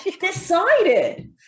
decided